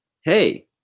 hey